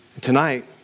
Tonight